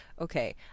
okay